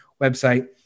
website